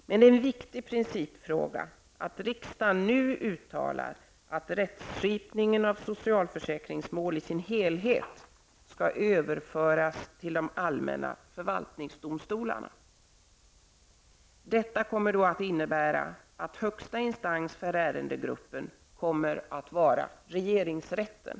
Men det är en viktig principfråga att riksdagen nu uttalar att rättskipningen i fråga om socialförsäkringsmål i sin helhet skall överföras till de allmänna förvaltningsdomstolarna. Detta kommer att innebära att högsta instans för ärendegruppen kommer att vara regeringsrätten.